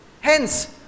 Hence